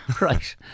right